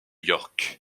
york